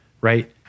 right